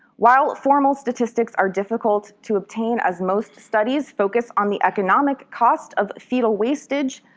while formal statistics are difficult to obtain as most studies focus on the economic cost of fetal wastage,